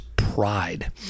Pride